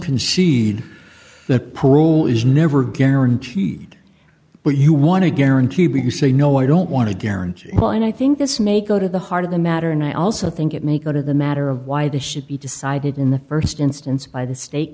concede that pool is never guaranteed but you want to guarantee b you say no i don't want to guarantee well and i think this may go to the heart of the matter and i also think it may go to the matter of why this should be decided in the st instance by the state